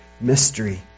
mystery